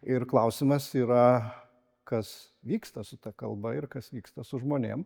ir klausimas yra kas vyksta su ta kalba ir kas vyksta su žmonėm